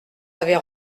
avait